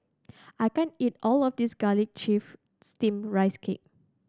I can't eat all of this Garlic Chives Steamed Rice Cake